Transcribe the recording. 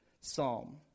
psalm